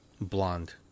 Blonde